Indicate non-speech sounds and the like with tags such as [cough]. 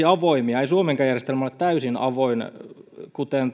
[unintelligible] avoimia ei suomenkaan järjestelmä ole täysin avoin kuten [unintelligible]